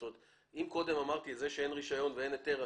אם קודם אמרתי את זה שאין רישיון ואין היתר,